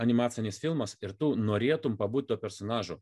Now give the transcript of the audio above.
animacinis filmas ir tu norėtum pabūt tuo personažu